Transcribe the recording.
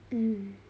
mm